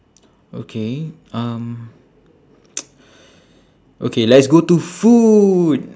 okay um okay let's go to food